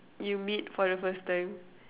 you meet for the first time